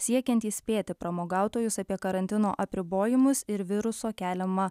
siekiant įspėti pramogautojus apie karantino apribojimus ir viruso keliamą